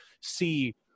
see